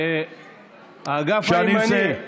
האגף הימני.